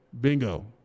Bingo